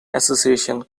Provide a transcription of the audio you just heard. association